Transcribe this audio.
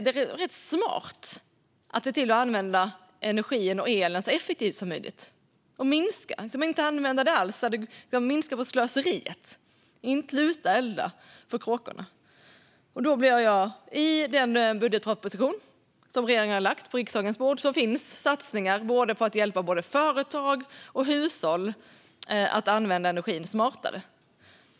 Det är smart att använda energin och elen så effektivt som möjligt, det vill säga att minska på slöseriet och inte elda för kråkorna. I den budgetproposition som regeringen har lagt på riksdagens bord finns satsningar på att hjälpa företag och hushåll att använda energin smartare.